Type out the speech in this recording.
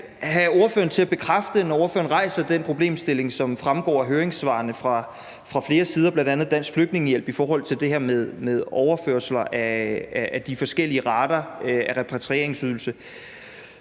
have ordføreren til at bekræfte noget. Når ordføreren rejser den problemstilling, som fremgår af høringssvarene fra flere sider, bl.a. Dansk Flygtningehjælp, om det her med overførsler af de forskellige rater i forbindelse